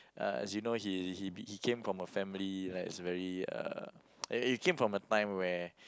uh as you know he he came from a family like is very uh he came from a time where